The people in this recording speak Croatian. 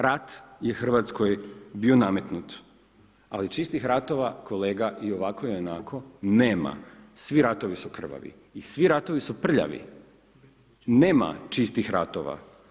Rat je Hrvatskoj bio nametnut, ali čistih ratova kolega i ovako i onako nema, svi ratovi su krvavi i svi ratovi su prljavi, nema čistih ratova.